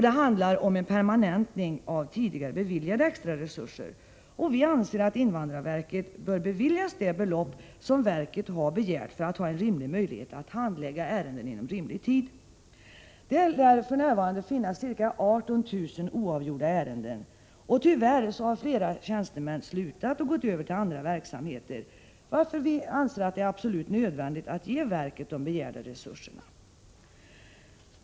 Det handlar om en permanentning av tidigare beviljade extra resurser, och vi anser att invandrarverket bör beviljas det belopp som = Prot. 1986/87:119 verket begärt för att ha en rimlig möjlighet att handlägga ärenden inom rimlig 8 maj 1987 tid. Det lär för närvarande finnas ca 18 000 oavgjorda ärenden, och tyvärr har flera tjänstemän slutat och gått över till andra verksamheter, varför vi anser att det är absolut nödvändigt att ge verket de begärda resurserna.